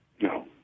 No